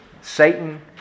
Satan